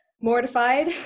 mortified